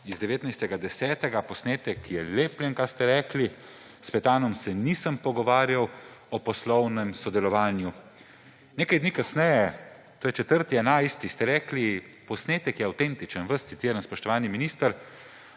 z 19. 10. »Posnetek je lepljenka,« ste rekli, »s Petanom se nisem pogovarjal o poslovnem sodelovanju.« Nekaj dni kasneje, to je 4. 11., ste rekli: »Posnetek je avtentičen.« Vas citiram, spoštovani minister.